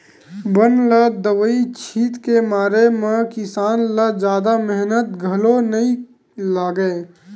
बन ल दवई छित के मारे म किसान ल जादा मेहनत घलो नइ लागय